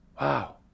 wow